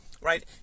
right